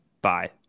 Bye